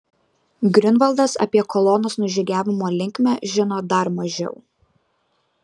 griunvaldas apie kolonos nužygiavimo linkmę žino dar mažiau